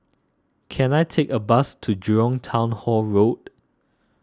can I take a bus to Jurong Town Hall Road